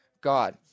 God